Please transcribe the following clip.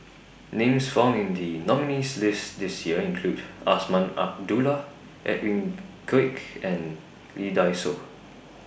Names found in The nominees' list This Year include Azman Abdullah Edwin Koek and Lee Dai Soh